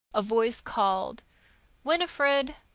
a voice called winifred?